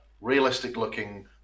realistic-looking